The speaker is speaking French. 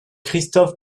christophe